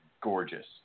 gorgeous